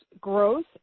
growth